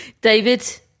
David